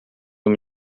uma